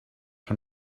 her